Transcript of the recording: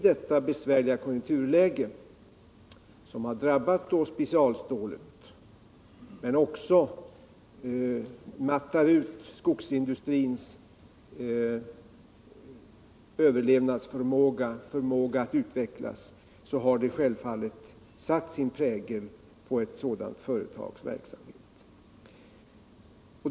Det besvärliga konjunkturläget, som har drabbat specialstålindustrin men också mattar ut skogsindustrins överlevnadsförmåga och förmåga att utvecklas, har självfallet satt sin prägel på ett sådant företags verksamhet.